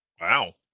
Wow